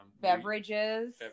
beverages